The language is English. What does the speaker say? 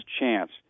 chance